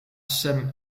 sem